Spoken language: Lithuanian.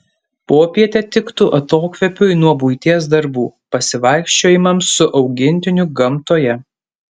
popietė tiktų atokvėpiui nuo buities darbų pasivaikščiojimams su augintiniu gamtoje